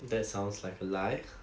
that sounds like a lie